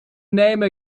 name